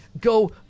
go